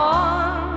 on